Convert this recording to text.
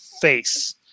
face